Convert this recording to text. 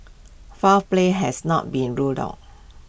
foul play has not been ruled out